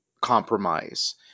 compromise